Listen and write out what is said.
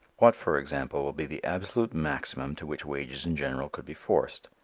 what, for example, will be the absolute maximum to which wages in general could be forced?